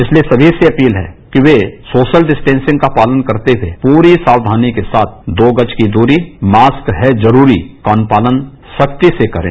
इसलिए समी से अपील है कि वे सोशल डिस्टॅसिंग का पालन करते हुए पूरी साक्षानी के साथ दो गज की दूरी मास्क है जरूरी का अनुपालन सख्ती से करें